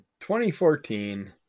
2014